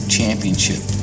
Championship